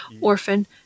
orphan